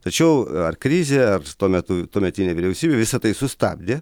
tačiau ar krizė ar tuo metu tuometinė vyriausybė visa tai sustabdė